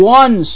one